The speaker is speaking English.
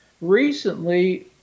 Recently